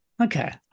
Okay